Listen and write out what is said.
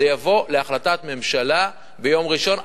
זה יבוא להחלטת ממשלה ביום ראשון.